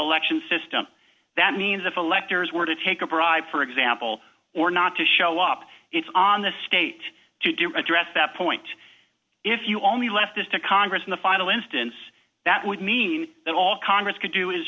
election system that means if electors were to take a bribe for example or not to show up it's on the state to do address that point if you only left this to congress in the final instance that would mean that all congress could do is